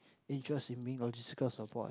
interest seeming logistics support